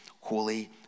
Holy